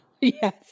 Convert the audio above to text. Yes